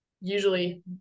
Usually